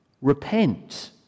repent